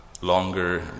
Longer